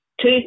Two